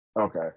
Okay